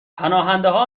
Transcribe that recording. پناهندهها